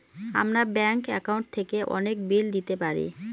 আমরা bank account থেকে অনেক বিল দিতে পারি